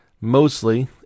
mostly